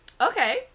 Okay